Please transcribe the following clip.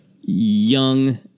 young